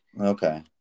Okay